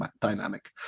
dynamic